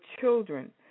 children